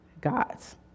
God's